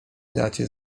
dacie